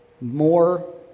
more